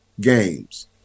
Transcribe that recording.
games